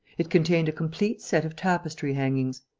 it contained a complete set of tapestry-hangings.